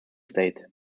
state